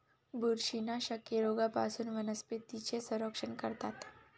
बुरशीनाशके रोगांपासून वनस्पतींचे संरक्षण करतात